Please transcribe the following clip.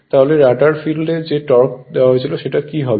তাহলে রটার ফিল্ডের যে টর্কের দিকটা দেওয়া আছে সেটা কি হবে